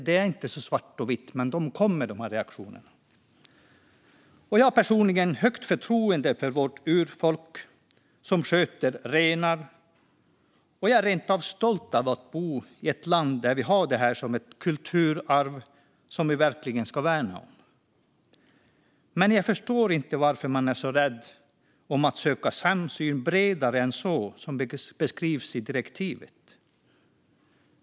Det är inte så svart eller vitt, men reaktionerna kommer. Jag har personligen högt förtroende för vårt urfolk som sköter renar, och jag är rent av stolt över att bo i ett land där vi har detta som ett kulturarv som vi verkligen ska värna om. Men jag förstår inte varför man är så rädd för att söka en bredare samsyn än det som beskrivs i direktivet.